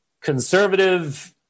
conservative